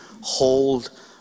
hold